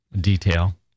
detail